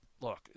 look